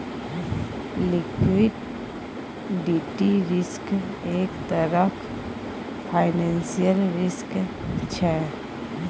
liquidity risk एक तरहक financial risk छै